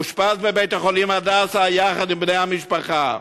אושפז בבית-החולים "הדסה" יחד עם בני-המשפחה.